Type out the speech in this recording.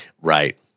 Right